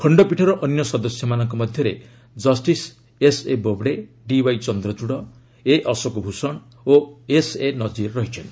ଖଣ୍ଡପୀଠର ଅନ୍ୟ ସଦସ୍ୟମାନଙ୍କ ମଧ୍ୟରେ justice S A Bobde D Y Chandrachud A Ashok Bhushan ଓ ଏସ୍ଏ ନଜିର ଅଛନ୍ତି